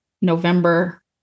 November